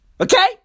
Okay